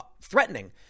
threatening